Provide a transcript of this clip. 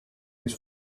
his